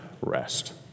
rest